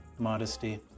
Modesty